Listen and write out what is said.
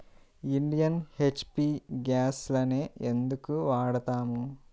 Indian, HP గ్యాస్లనే ఎందుకు వాడతాము?